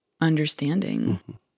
understanding